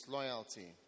Loyalty